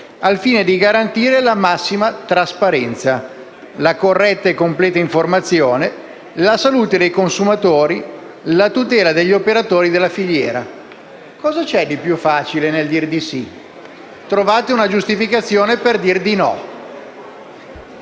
al fine di garantire la massima trasparenza, la corretta e completa informazione, la salute dei consumatori e la tutela degli operatori della filiera». Cosa c'è di più facile nel dire di sì? Trovate una giustificazione per dire di no.